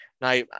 Now